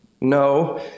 No